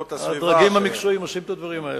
הדרגים המקצועיים עושים את הדברים האלה.